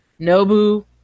Nobu